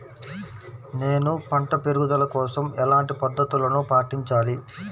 నేను పంట పెరుగుదల కోసం ఎలాంటి పద్దతులను పాటించాలి?